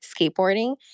skateboarding